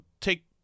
take